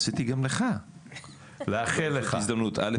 רציתי לומר גם לך באותה הזדמנות א',